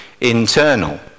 internal